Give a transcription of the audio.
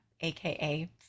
aka